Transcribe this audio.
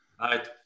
right